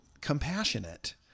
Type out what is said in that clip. compassionate